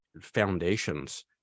foundations